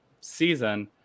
season